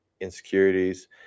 insecurities